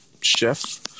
chef